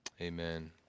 amen